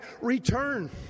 return